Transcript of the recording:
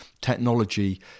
Technology